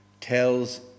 tells